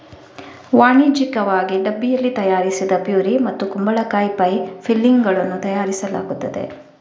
ವಾಣಿಜ್ಯಿಕವಾಗಿ ಡಬ್ಬಿಯಲ್ಲಿ ತಯಾರಿಸಿದ ಪ್ಯೂರಿ ಮತ್ತು ಕುಂಬಳಕಾಯಿ ಪೈ ಫಿಲ್ಲಿಂಗುಗಳನ್ನು ತಯಾರಿಸಲಾಗುತ್ತದೆ